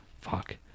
fuck